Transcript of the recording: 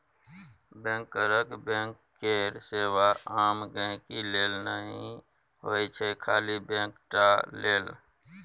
बैंकरक बैंक केर सेबा आम गांहिकी लेल नहि होइ छै खाली बैंक टा लेल